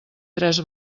tres